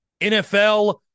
NFL